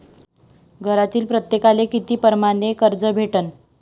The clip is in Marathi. घरातील प्रत्येकाले किती परमाने कर्ज भेटन?